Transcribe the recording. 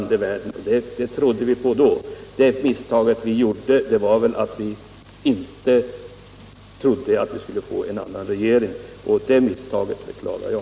Det misstag vi gjorde var väl att vi inte trodde att vi skulle få en annan regering. Det misstaget beklagar jag.